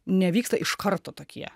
nevyksta iš karto tokie